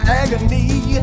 agony